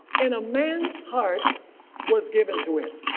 and a man's heart was given to it.